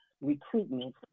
recruitment